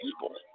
people